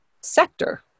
sector